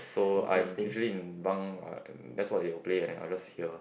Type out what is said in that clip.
so I'm usually in bunk like that's what they'll play then I just hear